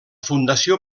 fundació